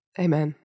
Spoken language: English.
Amen